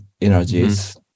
energies